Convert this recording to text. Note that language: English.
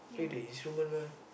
play the instrument mah